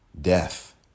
death